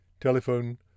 Telephone